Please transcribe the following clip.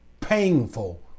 painful